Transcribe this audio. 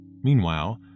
Meanwhile